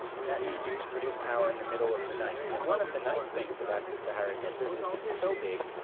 and that means you can produce power in the middle of the night. and one of the nice things about the sahara desert is it's so big,